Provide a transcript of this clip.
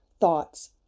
thoughts